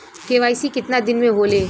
KYC कितना दिन में होले?